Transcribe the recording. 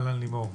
אהלן, לימור.